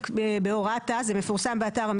בהוראת תע"ש, זה מפורסם באתר המשרד.